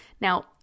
Now